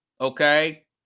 okay